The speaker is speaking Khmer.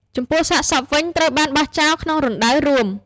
ចំពោះសាកសពវិញ ត្រូវបានបោះចោលក្នុងរណ្ដៅរួម។